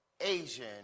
Asian